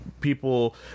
people